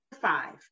five